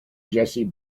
jessie